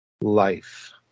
life